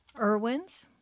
Irwin's